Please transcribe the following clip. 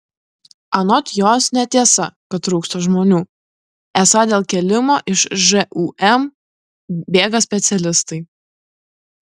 anot jos netiesa kad trūksta žmonių esą dėl kėlimo iš žūm bėga specialistai